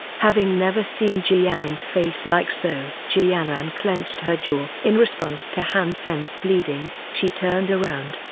having never seen ji yanran's face like so. ji yanran clenched her jaw. in response to han sen's pleading, she turned around,